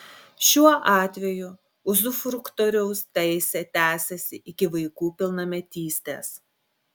šiuo atveju uzufruktoriaus teisė tęsiasi iki vaikų pilnametystės